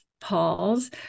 Paul's